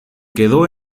quedó